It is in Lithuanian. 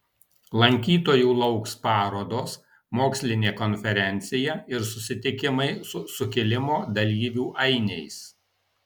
lankytojų lauks parodos mokslinė konferencija ir susitikimai su sukilimo dalyvių ainiais